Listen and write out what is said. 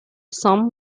some